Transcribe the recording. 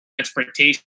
transportation